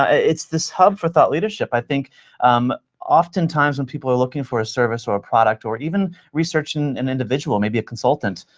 ah it's this hub for thought leadership. i think um oftentimes when people are looking for a service or a product, or even researching an individual, maybe a consultant,